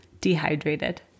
Dehydrated